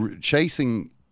chasing